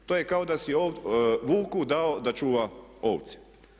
To je kao da si vuku dao da čuva ovce.